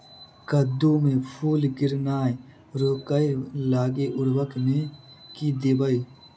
कद्दू मे फूल गिरनाय रोकय लागि उर्वरक मे की देबै?